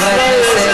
חברי הכנסת,